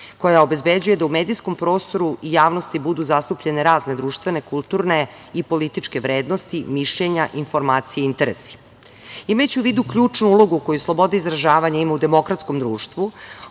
koja obezbeđuje da u medijskom prostoru javnosti budu zastupljene razne društvene, kulturne i političke vrednosti, mišljenja, informacije, interesi. Imajući u vidu ključnu ulogu koju sloboda izražavanja ima u demokratskom društvu